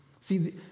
See